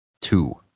Two